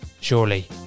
surely